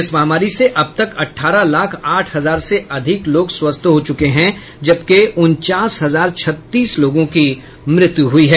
इस महामारी से अब तक अठारह लाख आठ हजार से अधिक लोग स्वस्थ हो चूके हैं जबकि उनचास हजार छत्तीस लोगों की मृत्यू हो गयी है